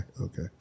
okay